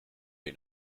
dei